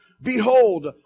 behold